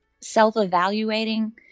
self-evaluating